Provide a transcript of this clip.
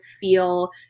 feel